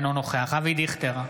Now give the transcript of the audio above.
אינו נוכח אבי דיכטר,